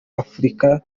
afurika